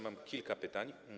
Mam kilka pytań.